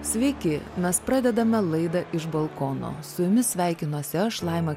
sveiki mes pradedame laidą iš balkono su jumis sveikinuosi aš laima